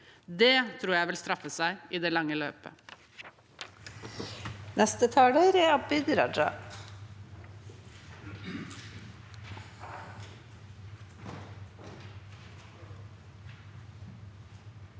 Det tror jeg vil straffe seg i det lange løp.